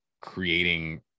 creating